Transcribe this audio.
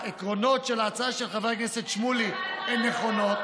העקרונות של ההצעה של חבר הכנסת שמולי הם נכונים,